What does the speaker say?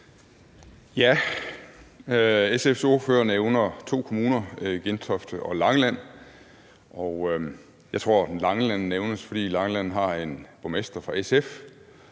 SF's ordfører nævner to kommuner, Gentofte og Langeland, og jeg tror, Langeland nævnes, fordi Langeland har en borgmester fra SF.